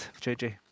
JJ